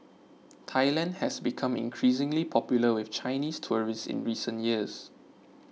Thailand has become increasingly popular with Chinese tourists in recent years